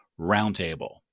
Roundtable